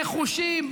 נחושים,